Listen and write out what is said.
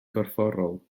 gorfforol